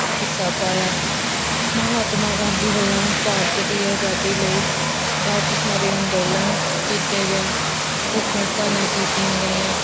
ਹਿੱਸਾ ਪਾਇਆ ਮਹਾਤਮਾ ਗਾਂਧੀ ਵੱਲੋਂ ਭਾਰਤੀ ਦੀ ਆਜ਼ਾਦੀ ਲਈ ਬਹੁਤ ਸਾਰੇ ਅੰਦੋਲਨ ਕੀਤੇ ਗਏ ਭੁੱਖ ਹੜਤਾਲਾਂ ਕੀਤੀਆਂ ਗਈਆਂ